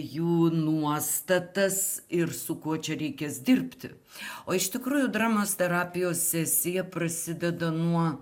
jų nuostatas ir su kuo čia reikės dirbti o iš tikrųjų dramos terapijos sesija prasideda nuo